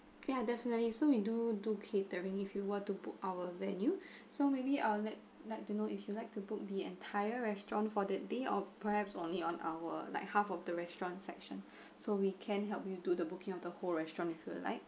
ya definitely so we do do catering if you want to book our venue so maybe I'll like to know if you like to book the entire restaurant for the day of perhaps only on our like half of the restaurant section so we can help you do the booking of the whole restaurant if you would like